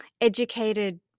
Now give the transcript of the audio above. educated